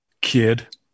kid